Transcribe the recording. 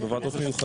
ושוב,